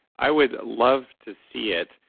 i would love to see it.